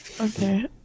Okay